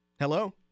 Hello